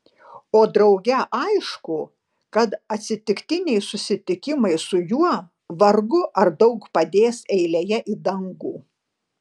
o drauge aišku kad atsitiktiniai susitikimai su juo vargu ar daug padės eilėje į dangų